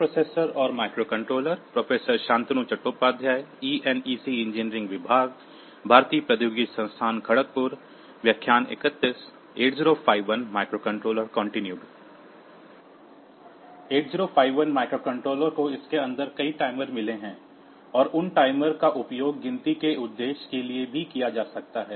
8051 microcontroller को इसके अंदर कई टाइमर मिले हैं और उन टाइमर का उपयोग गिनती के उद्देश्यों के लिए भी किया जा सकता है